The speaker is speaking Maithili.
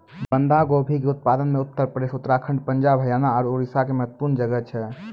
बंधा गोभी के उत्पादन मे उत्तर प्रदेश, उत्तराखण्ड, पंजाब, हरियाणा आरु उड़ीसा के महत्वपूर्ण जगह छै